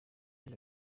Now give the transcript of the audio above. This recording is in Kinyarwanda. yaje